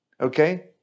okay